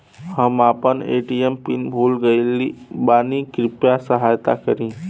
हम आपन ATM PIN भूल गईल बानी कृपया सहायता करी